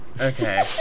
Okay